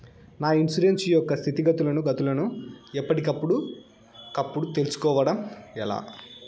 నా ఇన్సూరెన్సు యొక్క స్థితిగతులను గతులను ఎప్పటికప్పుడు కప్పుడు తెలుస్కోవడం ఎలా?